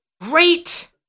great